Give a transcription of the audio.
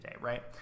right